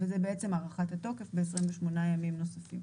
זאת בעצם הארכת התוקף ב-28 ימים נוספים.